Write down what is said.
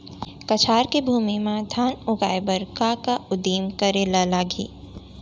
कछार के भूमि मा धान उगाए बर का का उदिम करे ला लागही?